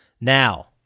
Now